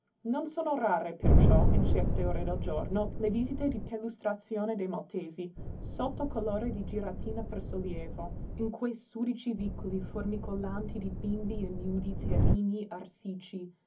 non sono rare perciò in certe ore del giorno le visite di perlustrazione dei maltesi sotto colore di giratina per sollievo in quei sudici vicoli formicolanti di bimbi ignudi